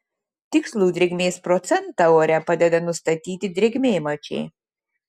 tikslų drėgmės procentą ore padeda nustatyti drėgmėmačiai